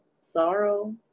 sorrow